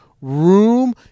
room